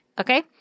okay